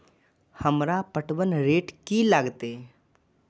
हमरा पटवन रेट की लागते?